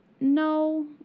no